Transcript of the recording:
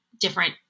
different